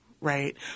right